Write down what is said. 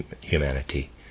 humanity